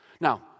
Now